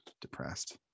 Depressed